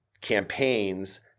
campaigns